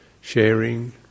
sharing